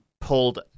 pulled